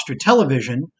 Television